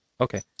Okay